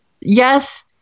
yes